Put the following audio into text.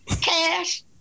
Cash